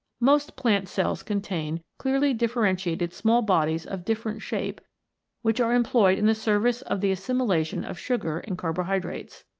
most plant cells contain clearly differentiated small bodies of different shape which are employed in the service of the assimilation of sugar and carbohydrates.